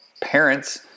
parents